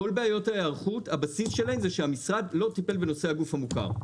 הבסיס לכל בעיות ההיערכות הוא שהמשרד לא טיפל בנושא הגוף המוכר.